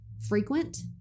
frequent